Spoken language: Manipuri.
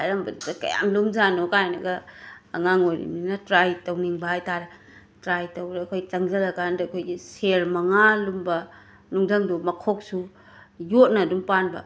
ꯍꯥꯏꯔꯝꯕꯗꯨꯗ ꯀꯌꯥꯝ ꯂꯨꯝꯖꯥꯠꯅꯣ ꯀꯥꯏꯅꯒ ꯑꯉꯥꯡ ꯑꯣꯏꯔꯤꯝꯅꯤꯅ ꯇ꯭ꯔꯥꯏ ꯇꯧꯅꯤꯡꯕ ꯍꯥꯏꯇꯥꯔꯦ ꯇ꯭ꯔꯥꯏ ꯇꯧꯕ ꯑꯩꯈꯣꯏ ꯆꯪꯖꯜꯂꯀꯥꯟꯗ ꯑꯩꯈꯣꯏꯒꯤ ꯁꯦꯔ ꯃꯉꯥ ꯂꯨꯝꯕ ꯅꯨꯡꯗꯪ ꯗꯨ ꯃꯈꯣꯛꯁꯨ ꯌꯣꯠꯅ ꯑꯗꯨꯝ ꯄꯥꯟꯕ